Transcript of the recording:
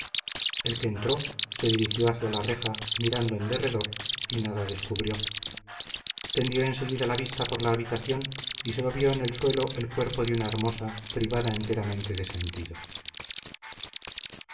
el que entró se dirigió hacia la reja mirando en derredor y nada descubrió tendió en seguida la vista por la habitación y sólo vio en el suelo el cuerpo de una hermosa privada enteramente de sentido